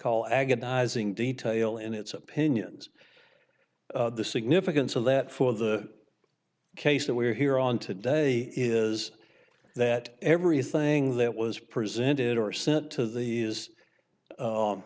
call agonizing detail in its opinions the significance of that for the case that we're here on today is that everything that was presented or sent to the